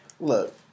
Look